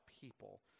people